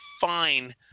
fine